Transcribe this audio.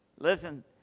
Listen